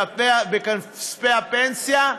בכספי הפנסיה,